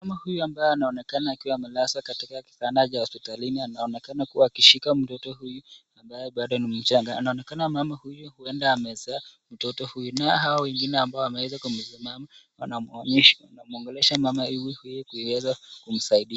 Mama huyu ambaye anaonekana akiwa amelala kwenye kitanda cha hospitalini, anaonekana kuwa akimshika mtoto huyu ambaye bado ni mchanga. Anaonekana mama huyu huenda amezaa mtoto huyu. Nao hawa wengine ambao wameweza kumsimama wanamwongelesha mama huyu ili kuweza kumsaidia.